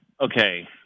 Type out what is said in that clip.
okay